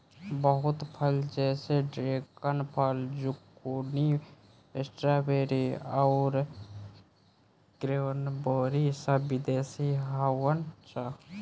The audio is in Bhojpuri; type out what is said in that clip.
बहुत फल जैसे ड्रेगन फल, ज़ुकूनी, स्ट्रॉबेरी आउर क्रेन्बेरी सब विदेशी हाउअन सा